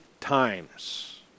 times